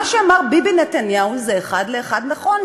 מה שאמר ביבי נתניהו זה אחד לאחד נכון,